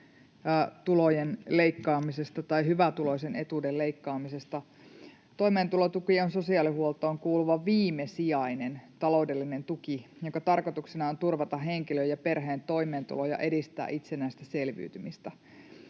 tulojen leikkaamisesta tai hyvätuloisen etuuden leikkaamisesta. Toimeentulotuki on sosiaalihuoltoon kuuluva viimesijainen taloudellinen tuki, jonka tarkoituksena on turvata henkilön ja perheen toimeentulo ja edistää itsenäistä selviytymistä.